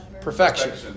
Perfection